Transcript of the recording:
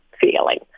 feeling